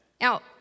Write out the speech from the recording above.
Now